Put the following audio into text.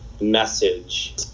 message